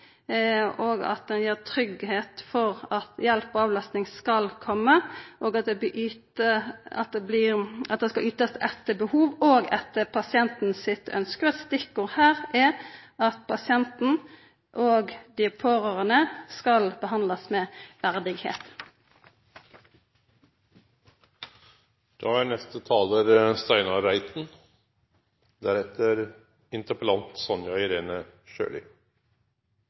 at ein gir tryggleik for at hjelp og avlastning skal koma, og at det skal ytast etter behov og etter pasienten sitt ønske. Stikkord her er at pasienten og dei pårørande skal behandlast med